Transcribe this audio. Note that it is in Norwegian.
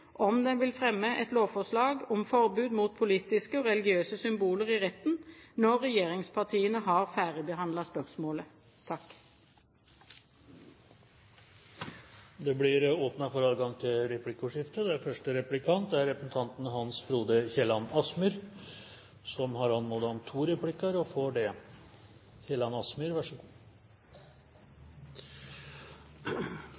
om den vil fremme et lovforslag om forbud mot politiske og religiøse symboler i retten når regjeringspartiene har ferdigbehandlet spørsmålet. Det blir replikkordskifte. Det er ganske underlig å være vitne til en debatt hvor enkelte representanter mener at den nøytraliteten som dommerne utviser, ikke har noen form for betydning. Men det får